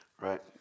Right